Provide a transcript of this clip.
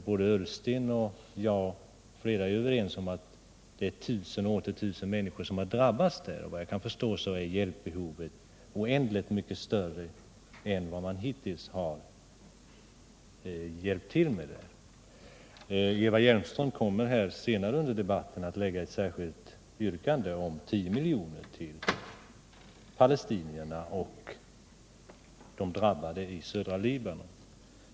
Ola Ullsten och jag är överens om att det är tusen och åter tusen människor som har drabbats. Såvitt jag kan förstå är hjälpbehovet oändligt mycket större än den hjälp man kunnat åstadkomma. Eva Hjelmström kommer senare under debatten att framlägga ett särskilt yrkande om 10 miljoner till palestinierna och de drabbade i södra Libanon.